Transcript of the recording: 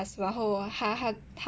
然后他他他